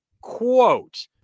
quote